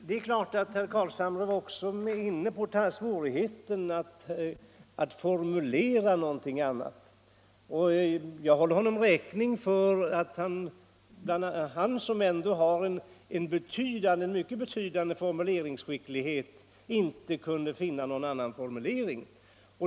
Herr Carlshamre var inne på svårigheten att formulera någon annan skrivning, och jag håller honom räkning för att han —- som ändå har en mycket betydande formuleringsskicklighet — inte kan finna någon annan formulering.